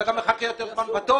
אתה גם מחכה יותר זמן בתור.